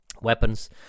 weapons